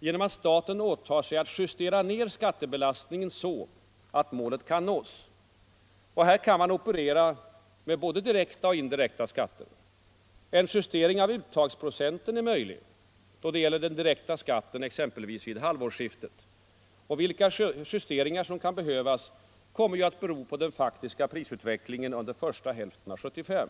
genom att staten åtar sig att justera ner skattebelastningen så, att målet kan nås. Här kan man operera med både direkta och indirekta skatter. En justering av uttagsprocenten är möjlig då det gäller den direkta skatten, exempelvis vid halvårsskiftet. Vilka justeringar som kan behövas kommer ju att bero på den faktiska prisutvecklingen under första hälften av 1975.